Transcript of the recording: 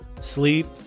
sleep